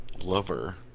lover